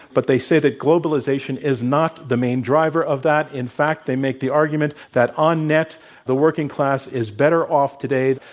but they say that globalization is not the main driver of that. in fact, they make the argument that on net the working class is better off today